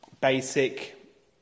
basic